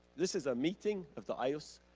this is a meeting of the ayllus.